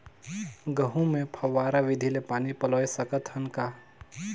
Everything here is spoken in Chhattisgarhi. गहूं मे फव्वारा विधि ले पानी पलोय सकत हन का?